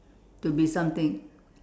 to be something